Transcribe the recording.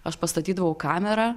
aš pastatydavau kamerą